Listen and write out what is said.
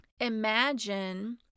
Imagine